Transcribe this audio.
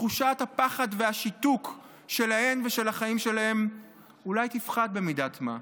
תחושת הפחד והשיתוק שלהן ושל החיים שלהן אולי תפחת במידת מה,